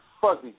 fuzzy